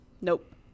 Nope